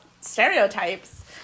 stereotypes